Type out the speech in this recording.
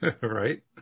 Right